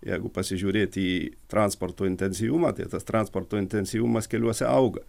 jeigu pasižiūrėti į transporto intensyvumą tai tas transporto intensyvumas keliuose auga